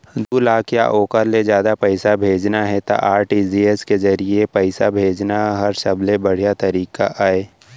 दू लाख या ओकर ले जादा पइसा भेजना हे त आर.टी.जी.एस के जरिए पइसा भेजना हर सबले बड़िहा तरीका अय